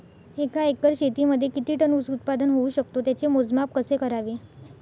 एका एकर शेतीमध्ये किती टन ऊस उत्पादन होऊ शकतो? त्याचे मोजमाप कसे करावे?